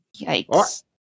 Yikes